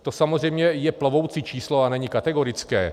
To samozřejmě je plovoucí číslo a není kategorické.